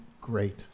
great